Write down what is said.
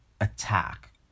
attack